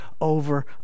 over